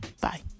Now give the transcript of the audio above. Bye